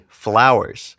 flowers